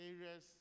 Areas